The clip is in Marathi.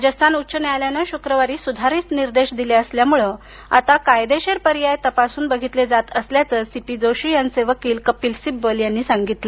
राजस्थान उच्च न्यायालयाने शुक्रवारी सुधारित निर्देश दिले असल्यामुळे आता कायदेशीर पर्याय तपासून बघितले जात असल्याच सभापती सीपी जोशी यांचे वकील कपिल सिब्बल यांनी सांगितलं